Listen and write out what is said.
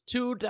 Two